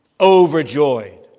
overjoyed